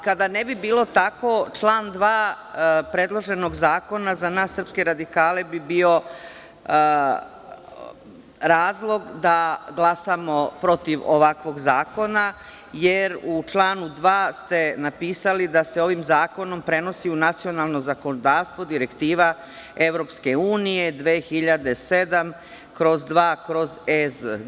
Kada ne bi bilo tako, član 2. predloženog zakona, za nas srpske radikale bi bio razlog da glasamo protiv ovakvog zakona, jer u članu 2. ste napisali da se ovim zakonom prenosi u nacionalno zakonodavstvo direktiva EU, 2007/2/EZ.